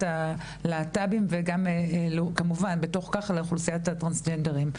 הלהט"בים ובתוך כך לאוכלוסיית הטרנסג'נדרים.